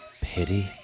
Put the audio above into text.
Pity